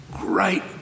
great